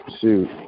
shoot